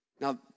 Now